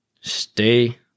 Stay